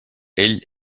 ell